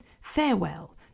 Farewell